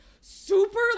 super